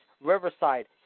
Riverside